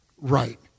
right